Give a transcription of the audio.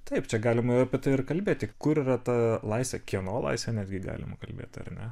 taip čia galima apie tai ir kalbėti tik kur yra ta laisvė kieno laisvė netgi galima kalbėti ar ne